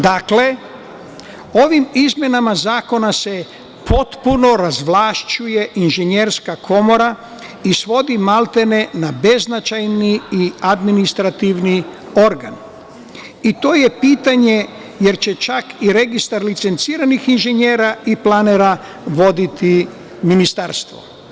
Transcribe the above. Dakle, ovim izmenama zakona se potpuno razvlašćuje Inženjerska komora i svodi maltene na beznačajni i administrativni organ, i to je pitanje, jer će čak i Registar licenciranih inženjera i planera voditi Ministarstvo.